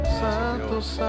santo